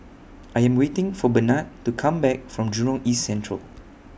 I Am waiting For Benard to Come Back from Jurong East Central